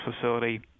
facility